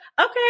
okay